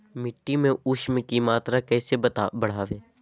मिट्टी में ऊमस की मात्रा कैसे बदाबे?